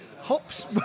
Hops